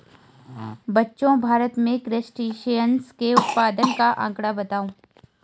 बच्चों भारत में क्रस्टेशियंस के उत्पादन का आंकड़ा बताओ?